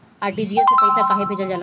RTGS से पइसा कहे भेजल जाला?